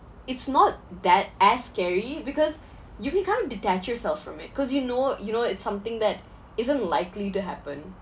it's not that as scary because you become detach yourself from it cause you know you know it's something that isn't likely to happen